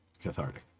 Cathartic